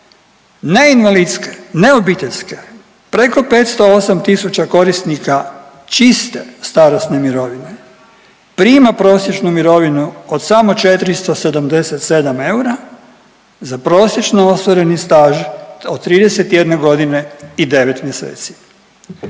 ne invalidske, ne obiteljske. Preko 508000 korisnika čiste starosne mirovine prima prosječnu mirovinu od samo 477 eura za prosječno ostvareni staž od 31 godine i 9 mjeseci.